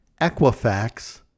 Equifax